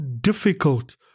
difficult